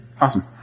Awesome